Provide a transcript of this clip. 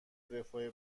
رفاه